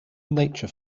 nature